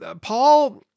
Paul